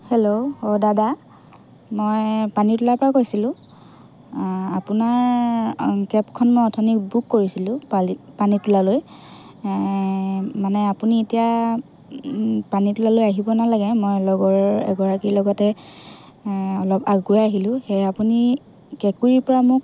hello অঁ দাদা মই পানীতোলাৰপৰা কৈছিলোঁ আপোনাৰ কেবখন মই অথনি বুক কৰিছিলোঁ পানী পানীতোলালৈ মানে আপুনি এতিয়া পানীতোলালৈ আহিব নালাগে মই লগৰ এগৰাকীৰ লগতে অলপ আগুৱাই আহিলোঁ সেয়ে আপুনি কেঁকুৰিৰপৰা মোক